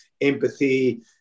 empathy